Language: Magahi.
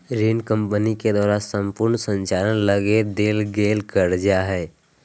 ऋण कम्पनी के द्वारा सम्पूर्ण संचालन लगी देल गेल कर्जा हइ